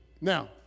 Now